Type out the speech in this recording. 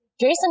Jason